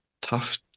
tough